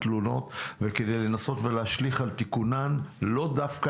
אני חושב שמבחינת תלונות לא היו פה הערות מיוחדות.